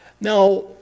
Now